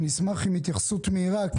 אשמח להתייחסות מהירה.